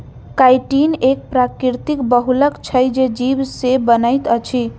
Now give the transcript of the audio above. chitin एक प्राकृतिक बहुलक छै जे जीव से बनैत अछि